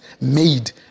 made